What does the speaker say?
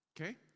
Okay